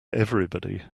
everybody